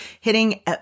hitting